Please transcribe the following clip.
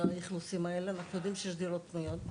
האכלוסים האלה, אנחנו יודעים שיש דירות פנויות,